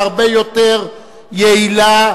והרבה יותר יעילה,